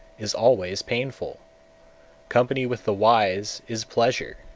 is always painful company with the wise is pleasure,